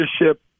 leadership